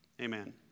Amen